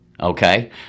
okay